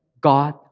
God